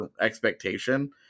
expectation